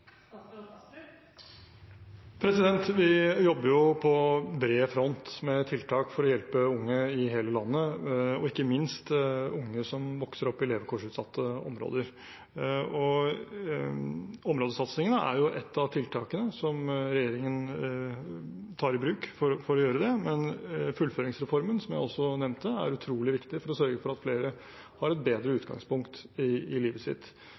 Vi jobber på bred front med tiltak for å hjelpe unge i hele landet, og ikke minst unge som vokser opp i levekårsutsatte områder. Områdesatsingene er et av tiltakene som regjeringen tar i bruk for å gjøre det, men fullføringsreformen, som jeg også nevnte, er utrolig viktig for å sørge for at flere har et bedre utgangspunkt i livet sitt.